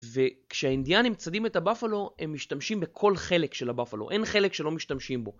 וכשהאינדיאנים צדים את הבפלו הם משתמשים בכל חלק של הבפלו, אין חלק שלא משתמשים בו.